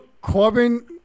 Corbin –